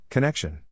Connection